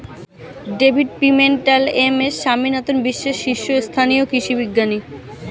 David Pimentel, M S Swaminathan বিশ্বের শীর্ষস্থানীয় কৃষি বিজ্ঞানী